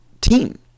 team